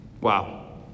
Wow